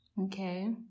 Okay